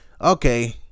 okay